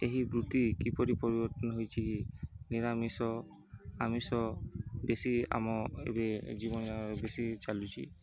ଏହି ବୃତ୍ତି କିପରି ପରିବର୍ତ୍ତନ ହୋଇଛି କି ନିରାମିଷ ଆମିଷ ବେଶୀ ଆମ ଏବେ ଜୀବନ ବେଶୀ ଚାଲୁଛି